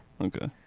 Okay